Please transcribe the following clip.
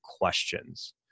questions